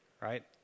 right